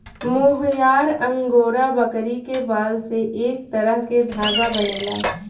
मोहयार angora बकरी के बाल से एक तरह के धागा बनेला